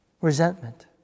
resentment